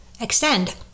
extend